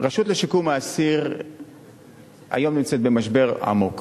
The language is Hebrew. הרשות לשיקום האסיר נמצאת היום במשבר עמוק.